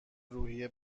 روحیه